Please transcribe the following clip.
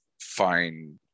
find